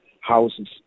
houses